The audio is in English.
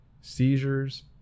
seizures